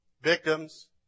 victims